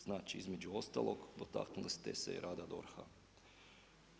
Znači, između ostalog potaknuli ste se i rada DORH-a.